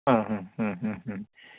ആ ഹ് ഹ് ഹ്